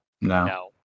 No